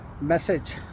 message